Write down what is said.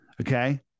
Okay